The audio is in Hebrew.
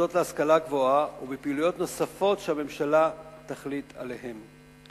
במוסדות להשכלה גבוהה ובפעילויות נוספות שהממשלה תחליט עליהן.